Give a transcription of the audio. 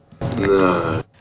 No